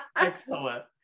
Excellent